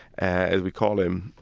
as we call him,